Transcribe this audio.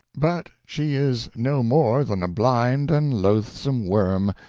but she is no more than a blind and loathsome worm,